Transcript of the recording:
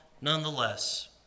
nonetheless